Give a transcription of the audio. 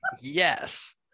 Yes